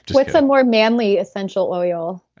what's a more manly essential oil?